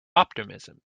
optimism